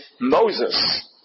Moses